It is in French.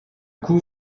coup